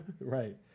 Right